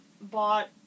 bought